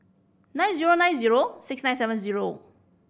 nine zero nine zero six nine seven zero